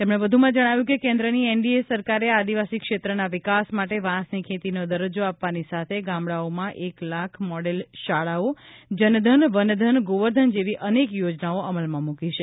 તેમણે વધુમાં જણાવ્યું છે કે કેન્દ્રની એનડીએ સરકારે આદિવાસી ક્ષેત્રના વિકાસ માટે વાંસની ખેતીનો દરજજો આપવાની સાથે ગામડાંઓમાં એક લાખ મોડેલ શાળાઓ જનધન વનધન ગોવર્ધન જેવી અનેક યોજનાઓ અમલમાં મૂકી છે